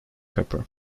pepper